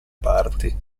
parti